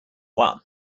one